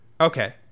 Okay